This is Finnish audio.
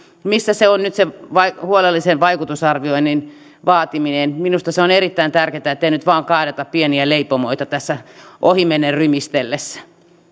missä on nyt se huolellisen vaikutusarvioinnin vaatiminen minusta se on erittäin tärkeätä ettei nyt vain kaadeta pieniä leipomoita tässä ohimennen rymistellessä